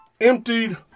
emptied